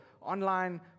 online